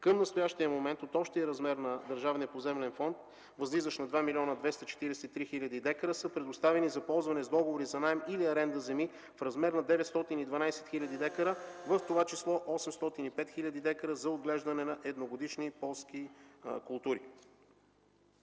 Към настоящия момент от общия размер на Държавния поземлен фонд, възлизащ на 2 млн. 243 хил. дка, са предоставени за ползване с договори за наем или аренда земи в размер на 912 хил. дка, в това число 805 хил. дка за отглеждане на едногодишни полски култури.